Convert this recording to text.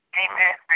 amen